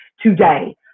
today